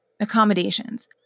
accommodations